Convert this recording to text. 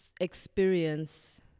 experience